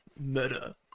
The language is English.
Meta